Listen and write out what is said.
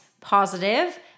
positive